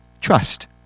Trust